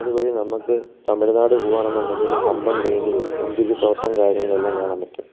അതുവഴി നമുക്ക് തമിഴ്നാട് പോകുകയാണെന്നുണ്ടെങ്കിൽ കമ്പം തേനി മുന്തിരി തോട്ടം കാര്യങ്ങളെല്ലാം കാണാൻ പറ്റും